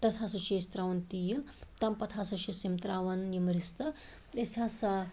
تتھ ہَسا چھِ أسۍ ترٛاوان تیٖل تَمہِ پَتہٕ ہَسا چھِس یم ترٛاوان یم رِستہٕ أسۍ ہَسا